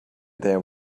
there